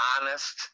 honest